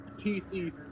PC